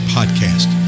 Podcast